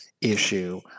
issue